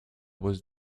was